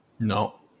No